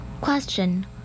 Question